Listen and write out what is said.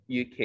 UK